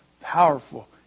powerful